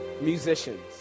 musicians